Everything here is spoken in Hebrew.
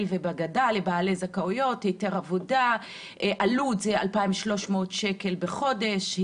ובגדה לבעלי זכאויות: עלות 2,300 שקל בחודש,